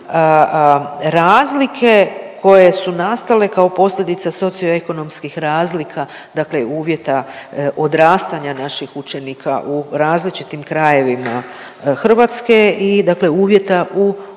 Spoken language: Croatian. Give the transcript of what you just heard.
razlike koje su nastale kao posljedica socioekonomskih razlika dakle uvjeta odrastanja naših učenika u različitim krajevima Hrvatske i dakle uvjeta u osnovnim